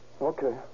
Okay